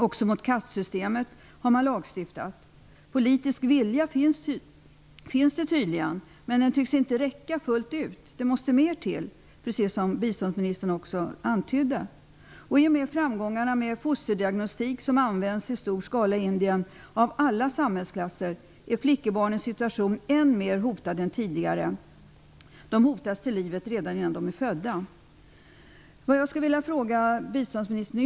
Också mot kastsystemet har man lagstiftat. Politisk vilja finns tydligen, men den tycks inte räcka fullt ut, utan mer måste till, vilket biståndsministern också antydde. I och med framgångarna med fosterdiagnostik, som används i stor skala i Indien av alla samhällsklasser, är flickebarnens situation än mer hotad än tidigare. De hotas till livet redan innan de är födda. Jag vill ställa en fråga till biståndsministern.